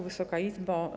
Wysoka Izbo!